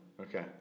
Okay